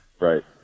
right